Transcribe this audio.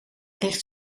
richt